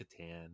Catan